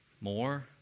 more